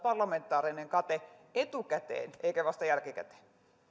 parlamentaarinen kate etukäteen eikä vasta jälkikäteen